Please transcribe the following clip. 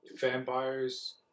Vampires